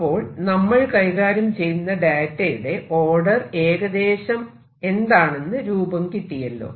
അപ്പോൾ നമ്മൾ കൈകാര്യം ചെയ്യുന്ന ഡാറ്റയുടെ ഓർഡർ എന്താണെന്ന് ഏകദേശ രൂപം കിട്ടിയല്ലോ